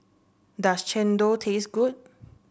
does Chendol taste good